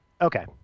Okay